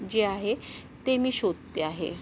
जे आहे ते मी शोधते आहे